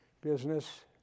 business